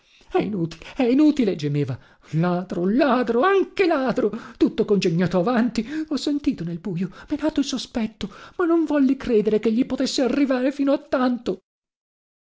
è inutile è inutile gemeva ladro ladro anche ladro tutto congegnato avanti ho sentito nel bujo mè nato il sospetto ma non volli credere chegli potesse arrivare fino a tanto